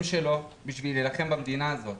שלו בשביל להילחם למען המדינה הזו.